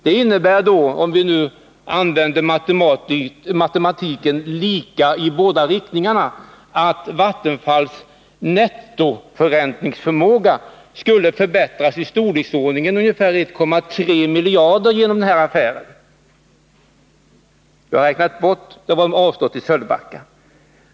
Det innebär, om vi använder matematiken lika i båda riktningarna, att Vattenfalls nettoförräntningsförmåga skulle förbättras i storleksordningen 1,3 miljarder genom den här affären. Jag har räknat bort vad man avstod i Sölvbacka.